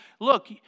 look